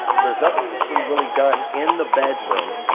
there's nothing that's been really done in the bedroom,